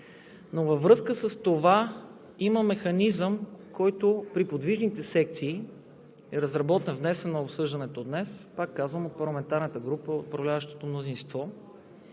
но във връзка с това има механизъм, който при подвижните секции е разработен, внесен е на обсъждането днес, пак казвам, от парламентарната група на управляващото мнозинство,